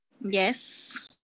Yes